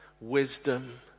wisdom